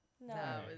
No